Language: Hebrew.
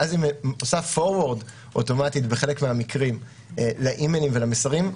ואז היא עושה forward אוטומטית בחלק מהמקרים לאימיילים ולמסרים.